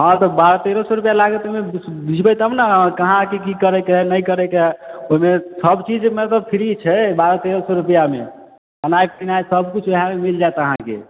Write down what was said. हँ तऽ बारह तेरह सए रूपैआ लागतमे बिझबै तब ने कहाँके की करेके है नहि करेके है ओहिमे सब चीजमे तऽ फ्री छै बारह तेरह सए रूपैआमे खेनाइ पिनाइ सब किछु ओएहमे मिल जायत अहाँकेँ